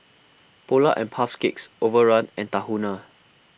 Polar and Puff's Cakes Overrun and Tahuna